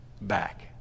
back